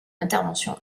intervention